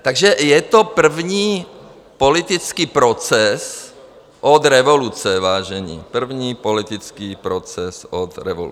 Takže je to první politický proces od revoluce, vážení, první politický proces od revoluce.